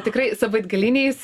tikrai savaitgaliniais